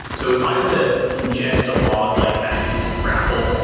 so if i were to ingest a log like that using grapl,